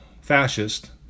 fascist